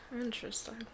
Interesting